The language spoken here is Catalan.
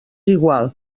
igual